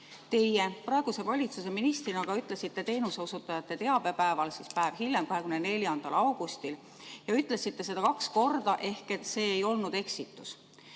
Teie praeguse valitsuse ministrina ütlesite teenuseosutajate teabepäeval päev hiljem, 24. augustil – ja ütlesite seda kaks korda, nii et see ei olnud eksitus